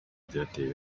byateye